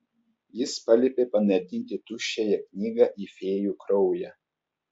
jis paliepė panardinti tuščiąją knygą į fėjų kraują